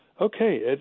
Okay